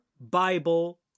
Bible